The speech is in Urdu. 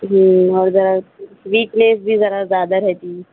ہوں اور ذرا ویکنس بھی ذرا زیادہ رہتی